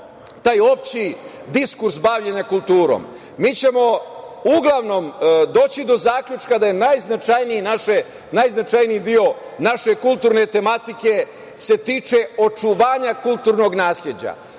taj opšti diskurs bavljenja kulturom mi ćemo uglavnom doći do zaključka da je najznačajniji deo naše kulturne tematike se tiče očuvanja kulturnog nasleđa